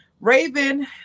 Raven